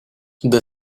the